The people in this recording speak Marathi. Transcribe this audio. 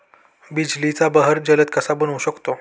बिजलीचा बहर जलद कसा बनवू शकतो?